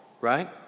right